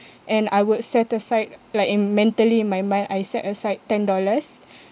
and I would set aside like in mentally in my mind I set aside ten dollars